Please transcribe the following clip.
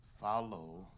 Follow